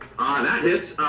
that hits.